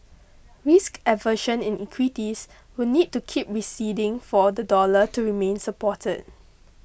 risk aversion in equities will need to keep receding for the dollar to remain supported